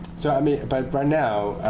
so i mean, but right now,